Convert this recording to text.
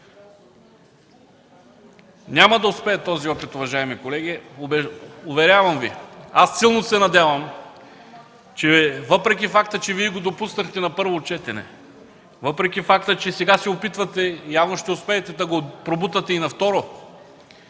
Няма да успее този опит, уважаеми колеги, уверявам Ви. Аз силно се надявам, въпреки факта че Вие го допуснахте на първо четене, въпреки факта че сега се опитвате и явно ще успеете да го пробутате и на второ,